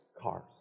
cars